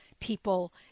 people